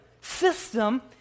system